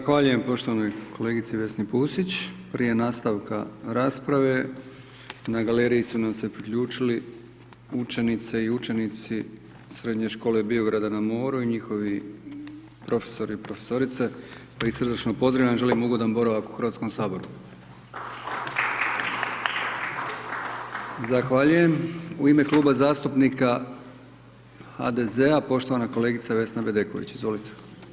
Zahvaljujem poštovanoj kolegici Vesni Pustić, prije nastavka rasprave na galeriji su nam se priključili učenice i učenici srednje škole Biograda na moru i njihovi profesori i profesorice, pa ih srdačno pozdravljam i želim ugodan boravak u Hrvatskom saboru. Zahvaljujem u ime Kluba zastupnika HDZ-a poštovana kolegica Vesna Bedeković, izvolite.